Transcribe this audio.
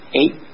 eight